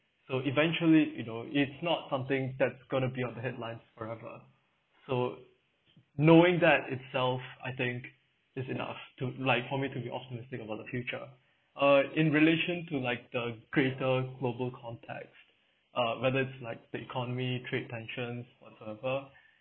so eventually you know it's not something that's going to be on the headlines forever so knowing that itself I think it's enough to like for me to be optimistic about the future uh in relation to like the greater global context uh whether it's like the economy trade tensions whatsoever